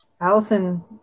Allison